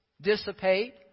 dissipate